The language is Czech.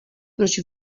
proč